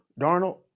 Darnold